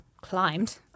climbed